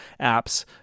apps